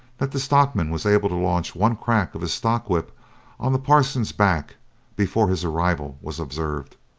that the stockman was able to launch one crack of his stock-whip on the parson's back before his arrival was observed.